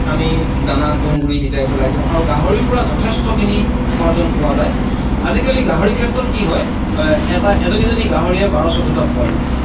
আমি দানা তুহঁগুৰি সিজাই পেলাই দিওঁ আৰু গাহৰিৰ পৰা যথেষ্টখিনি উপাৰ্জন পোৱা যায় আজিকালি গাহৰিৰ ক্ষেত্ৰত কি হয় এটা এজনী এজনী গাহৰিয়ে বাৰ চৈধ্যটা পোৱালি দিয়ে